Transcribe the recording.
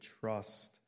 trust